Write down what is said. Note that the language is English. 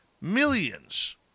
millions